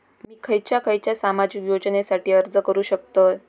मी खयच्या खयच्या सामाजिक योजनेसाठी अर्ज करू शकतय?